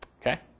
Okay